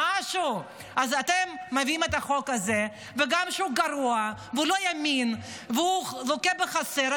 אז אתם מביאים את החוק הזה גם כשהוא גרוע והוא לא ימין והוא לוקה בחסר.